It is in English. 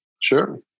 sure